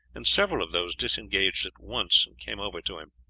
and several of those disengaged at once came over to him.